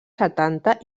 setanta